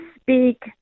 speak